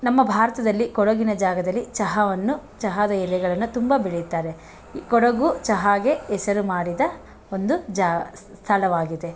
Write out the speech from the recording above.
ನಮ್ಮ ಭಾರತದಲ್ಲಿ ಕೊಡಗಿನ ಜಾಗದಲ್ಲಿ ಚಹಾವನ್ನು ಚಹಾದ ಎಲೆಗಳನ್ನು ತುಂಬ ಬೆಳೆಯುತ್ತಾರೆ ಇ ಕೊಡಗು ಚಹಾಗೆ ಹೆಸರು ಮಾಡಿದ ಒಂದು ಜಾ ಸ್ಥಳವಾಗಿದೆ